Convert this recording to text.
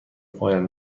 پایان